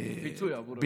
פיצוי עבור הבידוד.